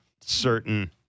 certain